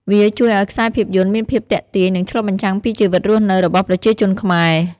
វាជួយឲ្យខ្សែភាពយន្តមានភាពទាក់ទាញ និងឆ្លុះបញ្ចាំងពីជីវិតរស់នៅរបស់ប្រជាជនខ្មែរ។